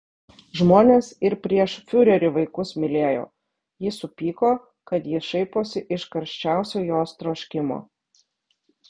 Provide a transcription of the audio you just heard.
žmonės ir prieš fiurerį vaikus mylėjo ji supyko kad jis šaiposi iš karščiausio jos troškimo